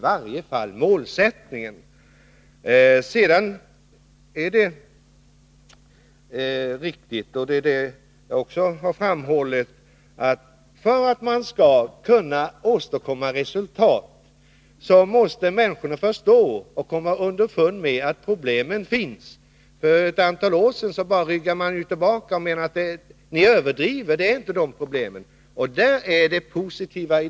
Det är riktigt, och det har jag också framhållit, att för att man skall kunna åstadkomma resultat måste människorna förstå och komma underfund med att problemen finns. För ett antal år sedan ryggade man bara tillbaka och menade: Ni överdriver, de problemen finns inte.